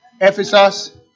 Ephesus